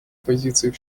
позициях